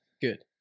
Good